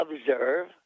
observe